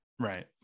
right